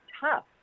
tough